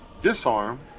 Disarm